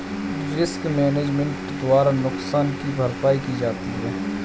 risk management के द्वारा नुकसान की भरपाई की जाती है